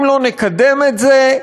אם לא נקדם את זה,